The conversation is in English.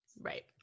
Right